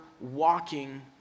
walking